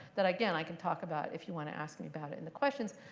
that again i can talk about if you want to ask me about it in the questions.